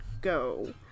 go